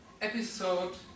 Episode